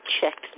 checked